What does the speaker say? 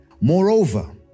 Moreover